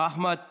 אחמד טיבי.